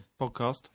Podcast